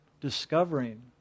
discovering